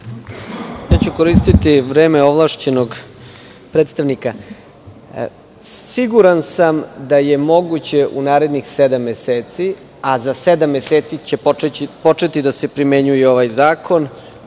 Koristiću vreme ovlašćenog predstavnika. Siguran sam da je moguće u narednih sedam meseci, a za sedam meseci će početi da se primenjuje i ovaj zakon,